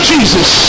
Jesus